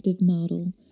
model